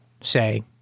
say